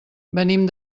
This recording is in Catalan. venim